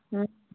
ह